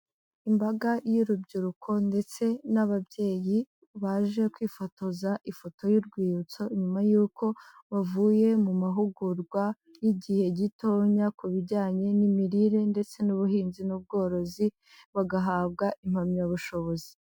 Imbaga y'urubyiruko ndetse n'ababyeyi baje kwifotoza ifoto y'urwibutso, nyuma y'uko bavuye mu mahugurwa y'igihe gitonya, ku bijyanye n'imirire ndetse n'ubuhinzi n'ubworozi bagahabwa impamyabushobozi.